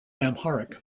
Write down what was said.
amharic